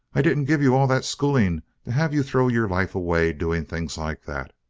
i didn't give you all that schooling to have you throw your life away doing things like that.